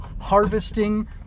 harvesting